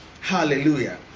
hallelujah